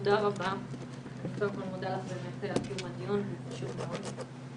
תודה רבה על קיום הדיון החשוב הזה.